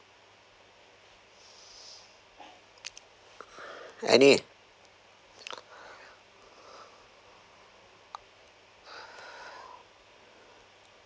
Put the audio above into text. any